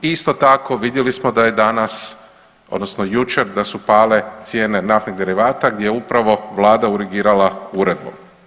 Isto tako, vidjeli smo da je danas, odnosno jučer da su pale cijene naftnih derivata gdje je upravo Vlada urgirala uredbom.